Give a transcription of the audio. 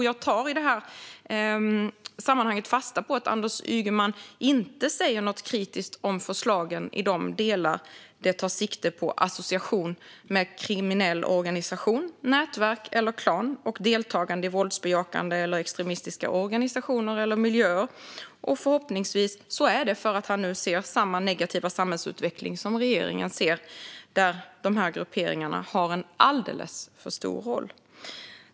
Jag tar i detta sammanhang fasta på att Anders Ygeman inte säger något kritiskt om förslagen i de delar som tar sikte på association med kriminella organisationer, nätverk eller klaner och deltagande i våldsbejakande eller extremistiska organisationer eller miljöer. Förhoppningsvis beror detta på att han nu ser samma negativa samhällsutveckling som regeringen ser, nämligen att dessa grupperingar har en alldeles för stor roll.